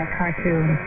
cartoon